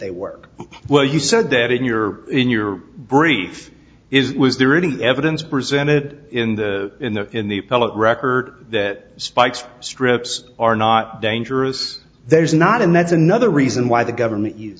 they work well you said that in your in your brief is was there any evidence presented in the in the in the public record that spike's strips are not dangerous there's not and that's another reason why the government